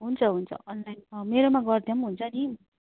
हुन्छ हुन्छ अनलाइन मेरोमा गरिदिँदा पनि हुन्छ नि